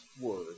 word